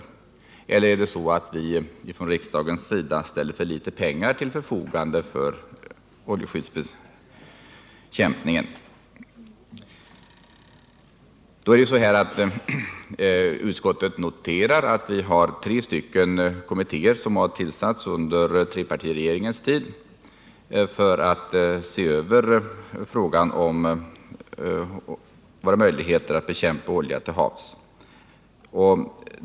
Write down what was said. Ställer vi från riksdagens sida för litet pengar till förfogande för oljebekämpningen? Utskottet noterar att vi har tre kommittéer som tillsatts under trepartiregeringens tid för att se över våra möjligheter att bekämpa olja till havs.